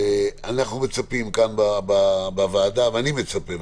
אנחנו מצפים כאן בוועדה ואני מצפה,